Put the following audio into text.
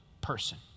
person